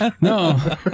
No